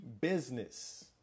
business